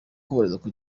kubahirizwa